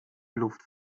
luft